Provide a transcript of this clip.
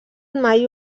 mai